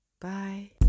Bye